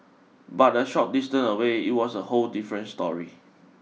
but a short distant away it was a whole different story